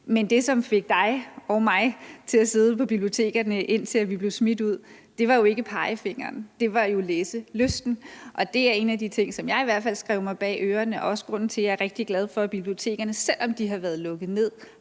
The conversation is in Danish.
Men det, som fik dig og mig til at sidde på bibliotekerne, indtil vi blev smidt ud, var ikke pegefingeren. Det var jo læselysten. Og det er en af de ting, som jeg i hvert fald skrev mig bag øret og også er grunden til, at jeg er rigtig glad for, at bibliotekerne, selv om de har været lukket ned,